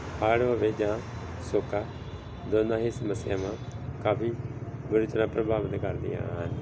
ਹੜ੍ਹ ਹੋਵੇ ਜਾਂ ਸੋਕਾ ਦੋਨਾਂ ਹੀ ਸਮੱਸਿਆਵਾਂ ਕਾਫੀ ਬੁਰੀ ਤਰ੍ਹਾਂ ਪ੍ਰਭਾਵਿਤ ਕਰਦੀਆਂ ਹਨ